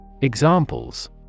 Examples